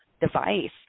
device